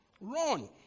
Run